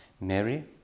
Mary